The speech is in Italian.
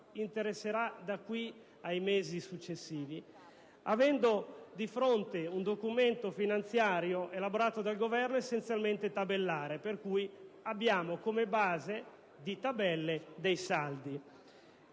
interesserà da qui ai mesi successivi, avendo di fronte un documento finanziario elaborato dal Governo essenzialmente tabellare. Quindi, abbiamo come base di tabelle dei saldi.